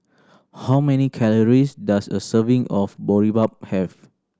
how many calories does a serving of Boribap have